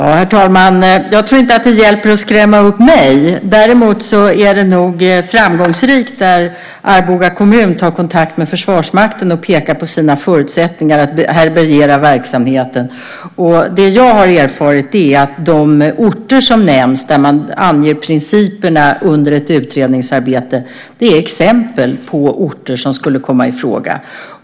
Herr talman! Jag tror inte att det hjälper att skrämma upp mig. Däremot är det nog framgångsrikt när Arboga kommun tar kontakt med Försvarsmakten och pekar på sina förutsättningar att härbärgera verksamheter. Det jag har erfarit är att de orter som nämns där man anger principerna under ett utredningsarbete är exempel på orter som skulle komma i fråga.